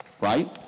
Right